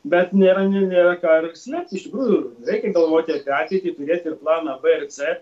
bet nėra nėra ką ir slėpti iš tikrųjų reikia galvoti apie ateitį turėti ir planą b ir c